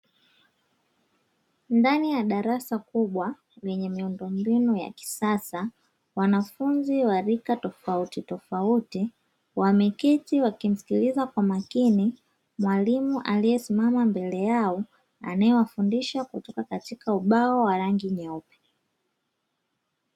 Ndani ya darasa kubwa lenye miundombinu ya kisasa wanafunzi wa rika tofautitofauti wameketi wakimsikiliza kwa makini mwalimu aliyesimama mbele yao, anaewafundisha kutoka kwenye ubao mweupe.